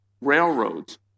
railroads